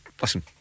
listen